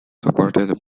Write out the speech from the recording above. supported